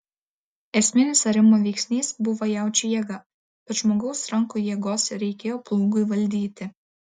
esminis arimo veiksnys buvo jaučių jėga bet žmogaus rankų jėgos reikėjo plūgui valdyti